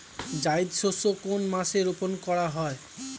জায়িদ শস্য কোন মাসে রোপণ করা হয়?